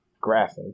Graphic